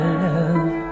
love